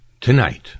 tonight